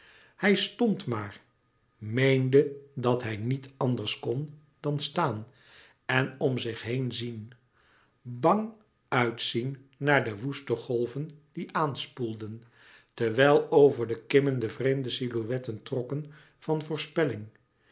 hij stond maar meende dat hij niet anders louis couperus metamorfoze kon dan staan en om zich heen zien bang uitzien naar de woeste golven die aanspoelden terwijl over de kimmen de vreemde silhouetten trokken van voorspelling